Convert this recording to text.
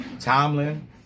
Tomlin